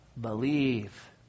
believe